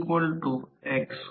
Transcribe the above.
1042 होईल जे 0